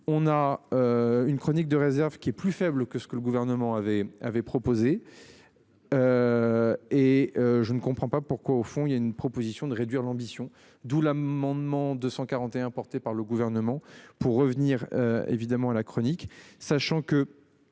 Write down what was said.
on a. Une chronique de réserve qui est plus faible que ce que le gouvernement avait, avait proposé. Et je ne comprends pas pourquoi au fond il y a une proposition de réduire l'ambition d'ou l'amendement 241, porté par le gouvernement pour revenir évidemment la chronique sachant que.